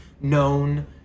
known